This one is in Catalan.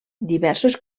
diversos